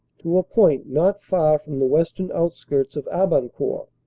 to a point not far from the western outskirts of abancourt,